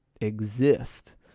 exist